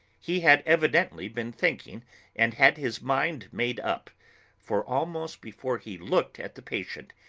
he had evidently been thinking and had his mind made up for, almost before he looked at the patient,